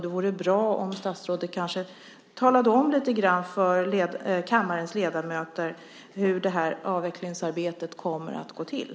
Det vore bra om statsrådet talade om för kammarens ledamöter hur avvecklingsarbetet kommer att gå till.